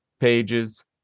pages